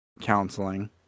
counseling